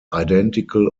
identical